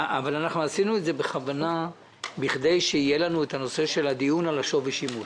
עשינו את זה בכוונה בכדי שיהיה לנו דיון על שווי שימוש,